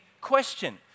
question